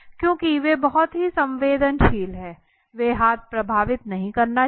क्योंकि वे बहुत ही संवेदनशील हैं वे हाथ प्रभावित नहीं करना चाहते हैं